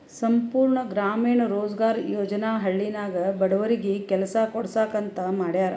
ಸಂಪೂರ್ಣ ಗ್ರಾಮೀಣ ರೋಜ್ಗಾರ್ ಯೋಜನಾ ಹಳ್ಳಿನಾಗ ಬಡವರಿಗಿ ಕೆಲಸಾ ಕೊಡ್ಸಾಕ್ ಅಂತ ಮಾಡ್ಯಾರ್